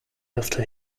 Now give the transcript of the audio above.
after